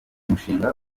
mushinga